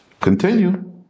Continue